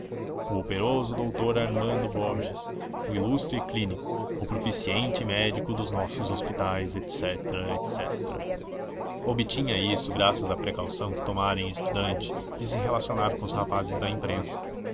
operoso doutor armando borges o ilustre clínico o proficiente médico dos nossos hospitais etc etc obtinha isso graças à precaução que tomara em estudante de se relacionar com os rapazes da imprensa